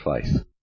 faith